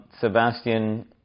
Sebastian